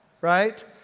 right